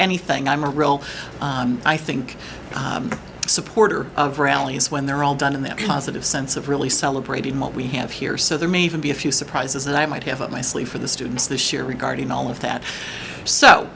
anything i'm a real i think supporter of rallies when they're all done in the positive sense of really celebrating what we have here so there may even be a few surprises that i might have up my sleeve for the students this year regarding all of that so